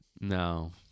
No